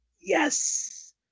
Yes